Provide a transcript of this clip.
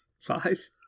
Five